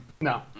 No